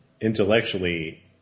intellectually